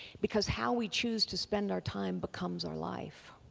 because how we choose to spend our time becomes our life.